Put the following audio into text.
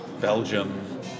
Belgium